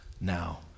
now